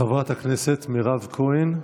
חברת הכנסת מירב כהן,